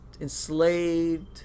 enslaved